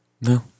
no